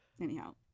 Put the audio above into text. Anyhow